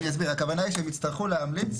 אסביר: הכוונה היא שהם יצטרכו להמליץ